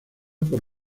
por